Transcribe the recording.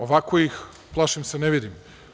Ovako ih, plašim se, ne vidim.